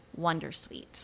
wondersuite